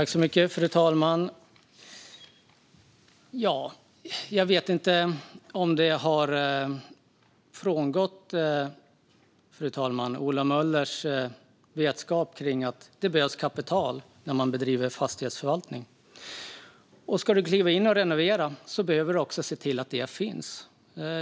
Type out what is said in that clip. Fru talman! Jag vet inte om det har undgått Ola Möller att det behövs kapital när man bedriver fastighetsförvaltning. Ska du kliva in och renovera behöver du se till att det finns.